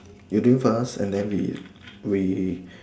you do first and then we we